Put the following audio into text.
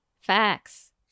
facts